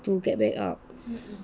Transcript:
to get back up